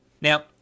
Now